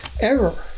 error